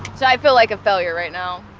so i feel like a failure right now.